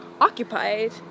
occupied